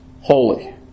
holy